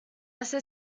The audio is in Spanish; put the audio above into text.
hace